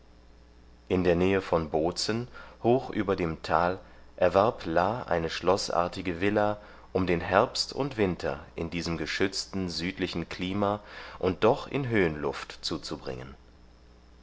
in der nähe von bozen hoch über dem tal erwarb la eine schloßartige villa um den herbst und winter in diesem geschützten südlichen klima und doch in höhenluft zuzubringen